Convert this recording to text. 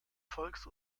volks